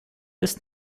ist